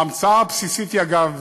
ההמצאה הבסיסית היא, אגב,